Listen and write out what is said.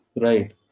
Right